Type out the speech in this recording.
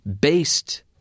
Based